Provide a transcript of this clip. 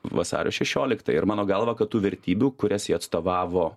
vasario šešioliktąją ir mano galva kad tų vertybių kurias jie atstovavo